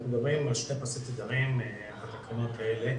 אנחנו מדברים על תוספות תדרים בתקנות האלה,